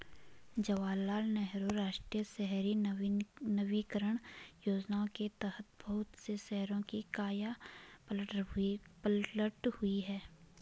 जवाहरलाल नेहरू राष्ट्रीय शहरी नवीकरण योजना के तहत बहुत से शहरों की काया पलट हुई है